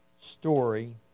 story